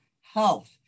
health